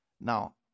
Now